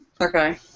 Okay